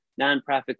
nonprofit